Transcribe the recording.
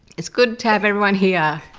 it's good to have everyone here.